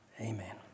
amen